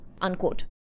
Unquote